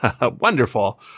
wonderful